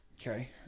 Okay